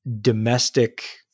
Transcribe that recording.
domestic